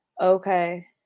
okay